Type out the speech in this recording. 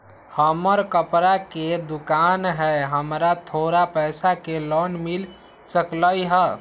हमर कपड़ा के दुकान है हमरा थोड़ा पैसा के लोन मिल सकलई ह?